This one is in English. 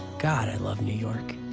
god, i love new york.